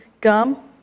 gum